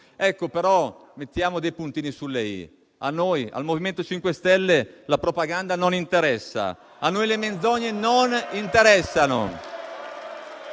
mesi. Però mettiamo dei puntini sulle i. A noi del MoVimento 5 Stelle la propaganda non interessa *(Commenti)*. A noi le menzogne non interessano.